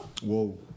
Whoa